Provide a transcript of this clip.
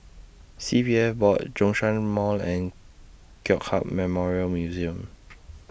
C P F Board Zhongshan Mall and Kong Hiap Memorial Museum